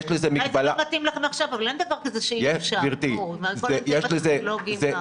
עם כל האמצעים הטכנולוגיים.